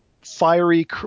fiery